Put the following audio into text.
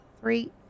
Three